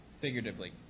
figuratively